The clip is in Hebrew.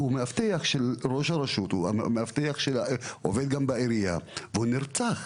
המאבטח של ראש הרשות, שגם עבד בעירייה, פשוט נרצח.